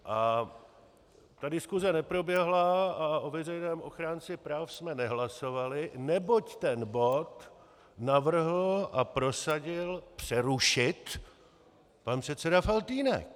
A ta diskuse neproběhla a o veřejném ochránci práv jsme nehlasovali, neboť ten bod navrhl a prosadil přerušit pan předseda Faltýnek.